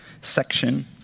section